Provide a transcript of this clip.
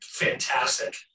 Fantastic